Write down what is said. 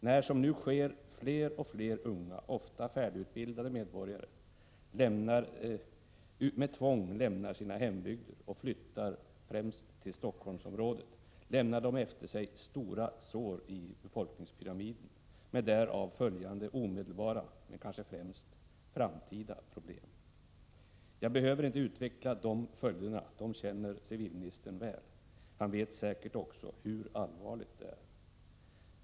När, som nu sker, fler och fler unga — ofta färdigutbildade medborgare — av tvång lämnar sina hembygder och flyttar främst till Helsingforssområdet, lämnar de efter sig stora sår i befolkningspyramiden med därav följande omedelbara men kanske främst framtida problem. Jag behöver inte utveckla de följderna; civilministern känner dem väl. Han vet säkert också hur allvarligt läget är.